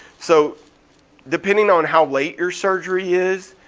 so depending on how late your surgery is,